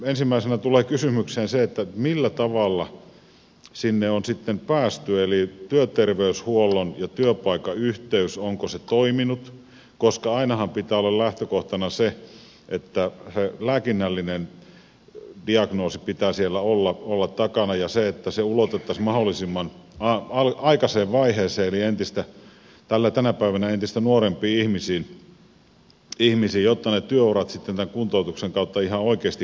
ensimmäisenä tulee mieleen se kysymys millä tavalla sinne on sitten päästy eli onko työterveyshuollon ja työpaikan yhteys toiminut koska ainahan pitää olla lähtökohtana se että lääkinnällisen diagnoosin pitää siellä olla takana ja se että se ulotettaisiin mahdollisimman aikaiseen vaiheeseen eli tänä päivänä entistä nuorempiin ihmisiin jotta ne työurat sitten tämän kuntoutuksen kautta ihan oikeastikin pitenisivät